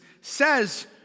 says